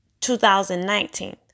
2019